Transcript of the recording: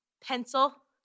pencil